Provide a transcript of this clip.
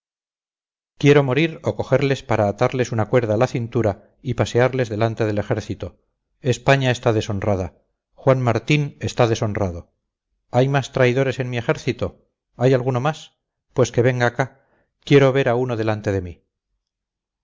quiero morir o cogerles para atarles una cuerda a la cintura y pasearles delante del ejército españa está deshonrada juan martín está deshonrado hay más traidores en mi ejército hay alguno más pues que venga acá quiero ver a uno delante de mí